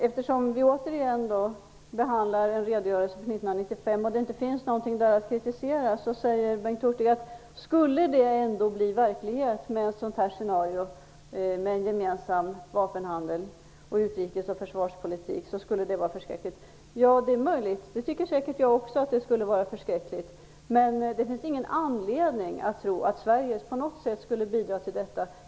Eftersom vi behandlar en redogörelse för 1995 och det inte finns någonting att kritisera i den säger Bengt Hurtig att om ett sådant scenario ändå skulle bli verklighet, med en gemensam vapenhandel, utrikes och försvarspolitik, så skulle det vara förskräckligt. Det är möjligt, det tycker jag också. Men det finns ingen anledning att tro att Sverige på något sätt skulle bidra till detta.